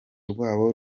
rw’abo